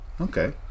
okay